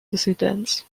dissidents